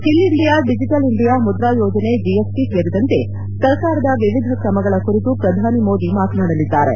skill India digital India Mudra ಯೋಜನೆ GST ಸೇರಿದಂತೆ ಸರ್ಕಾರದ ವಿವಿಧ ಕ್ರಮಗಳ ಕುರಿತು ಪ್ರಧಾನಿ ಮೋದಿ ಮಾತನಾಡಲಿದ್ದಾರೆ